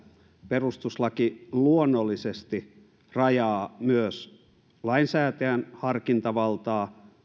perustuslaki luonnollisesti rajaa myös lainsäätäjän harkintavaltaa